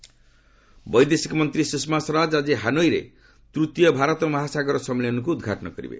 Sushma visit ବୈଦେଶିକ ମନ୍ତ୍ରୀ ସ୍ୱଷମା ସ୍ୱରାଜ ଆଜି ହାନୋଇରେ ତୃତୀୟ ଭାରତ ମହାସାଗର ସମ୍ମିଳନୀକୁ ଉଦ୍ଘାଟନ କରିବେ